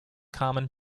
common